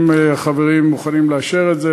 אם החברים מוכנים לאשר את זה,